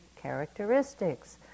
Characteristics